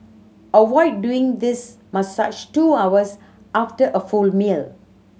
avoid doing this massage two hours after a full meal